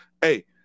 Hey